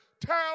Tell